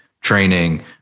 training